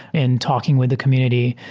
in talking with the community.